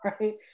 right